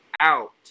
out